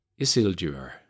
Isildur